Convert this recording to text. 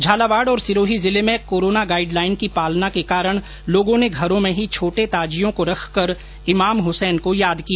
झालावाड़ और सिरोही जिले में कोरोना गाइडलाइन की पालना के कारण लोगों ने घरों में ही छोटे ताजियों को रखकर इमाम हुसैन को याद किया